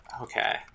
okay